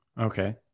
Okay